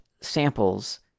samples